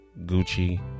gucci